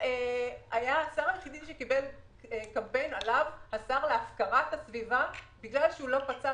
היה השר היחידי שקיבל עליו קמפיין השר להפקרת הסביבה בגלל שהוא לא פצה